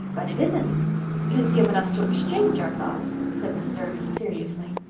but it isn't it is given us to exchange our thoughts, said mrs. irving seriously.